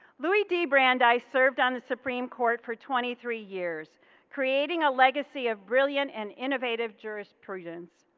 louie d brandeis served on the supreme court for twenty three years creating a legacy of brilliant and innovative jurisprudence.